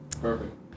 Perfect